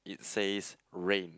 it says ring